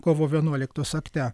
kovo vienuoliktos akte